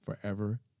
forever